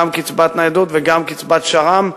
גם קצבת ניידות וגם קצבת שר"מ,